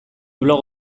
blog